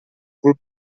cul